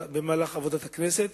עבודת הכנסת,